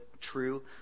true